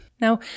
Now